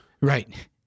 Right